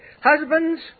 Husbands